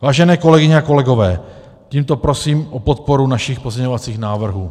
Vážené kolegyně a kolegové, tímto prosím o podporu našich pozměňovacích návrhů.